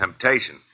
temptation